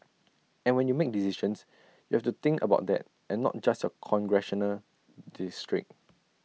and when you make decisions you have to think about that and not just your congressional district